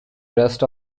rest